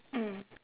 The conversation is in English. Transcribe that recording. mm